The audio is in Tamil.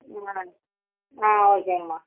ஆ ஓகேங்கம்மா